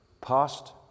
past